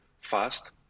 Fast